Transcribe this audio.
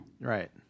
Right